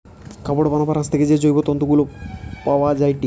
কাপড় বানাবার আঁশ থেকে যে জৈব তন্তু গুলা পায়া যায়টে